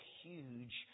huge